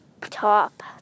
top